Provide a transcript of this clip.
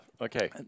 okay